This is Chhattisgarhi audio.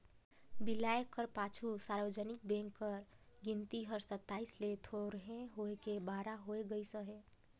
बिलाए कर पाछू सार्वजनिक बेंक कर गिनती हर सताइस ले थोरहें होय के बारा होय गइस अहे